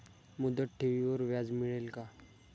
मुदत ठेवीवर व्याज मिळेल का?